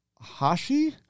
Hashi